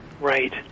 Right